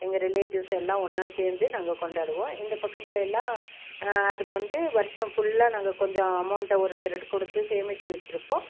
எங்கள் ரிலேட்டிவ்ஸ் எல்லாம் ஒன்றா சேர்ந்து நாங்கள் கொண்டாடுவோம் இந்த பக்கத்திலையெல்லாம் அதுக்கு வந்து வருஷம் ஃபுல்லாக நாங்கள் கொஞ்சம் அமௌண்ட்டை ஒருத்தர்கிட்ட கொடுத்து சேமித்து வச்சுருப்போம்